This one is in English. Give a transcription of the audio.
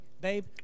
babe